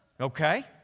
Okay